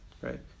right